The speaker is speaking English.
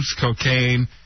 cocaine